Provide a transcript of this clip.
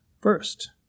first